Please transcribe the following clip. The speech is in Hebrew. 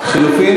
כולל,